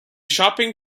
shopping